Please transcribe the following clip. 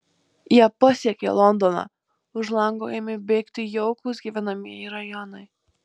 jie pasiekė londoną už lango ėmė bėgti jaukūs gyvenamieji rajonai